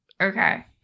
Okay